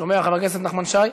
שומע, חבר הכנסת נחמן שי?